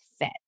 fit